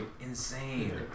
Insane